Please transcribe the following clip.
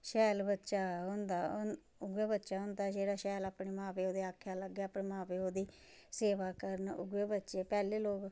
शैल बच्चा होंदा उऐ बच्चा होंदा जेह्ड़ा शैल अपने मां प्यो दे आक्खै लग्गै अपने मां प्यो दी सेवा करन उ'ऐ बच्चे पैह्लें लोक